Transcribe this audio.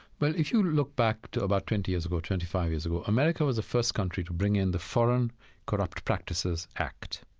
but if you look back to about twenty years ago or twenty five years ago, america was the first country to bring in the foreign corrupt practices act.